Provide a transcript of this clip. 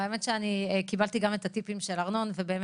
למען האמת קיבלתי גם את הטיפים של ארנון והסתמכתי